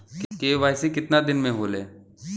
KYC कितना दिन में होले?